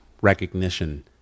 recognition